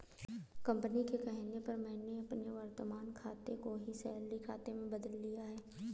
company के कहने पर मैंने अपने वर्तमान खाते को ही सैलरी खाते में बदल लिया है